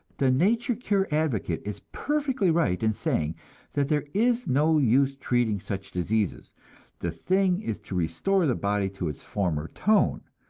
the nature cure advocate is perfectly right in saying that there is no use treating such diseases the thing is to restore the body to its former tone,